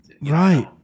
right